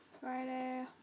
Friday